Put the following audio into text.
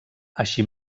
així